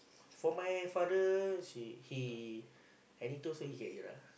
for my father she he anything also he can eat lah